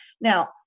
Now